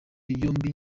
yombi